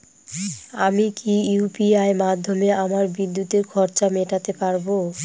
আমি কি ইউ.পি.আই মাধ্যমে আমার বিদ্যুতের খরচা মেটাতে পারব?